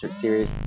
series